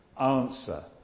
answer